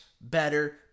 better